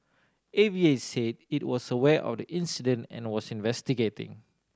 A V A said it was aware of the incident and was investigating